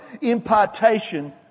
impartation